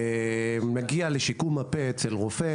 מגיע לשיקום הפה אצל רופא